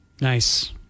Nice